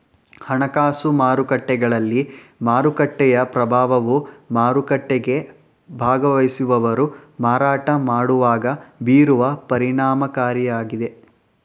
ಹಣಕಾಸು ಮಾರುಕಟ್ಟೆಗಳಲ್ಲಿ ಮಾರುಕಟ್ಟೆಯ ಪ್ರಭಾವವು ಮಾರುಕಟ್ಟೆಗೆ ಭಾಗವಹಿಸುವವರು ಮಾರಾಟ ಮಾಡುವಾಗ ಬೀರುವ ಪರಿಣಾಮಕಾರಿಯಾಗಿದೆ